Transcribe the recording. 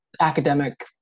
academic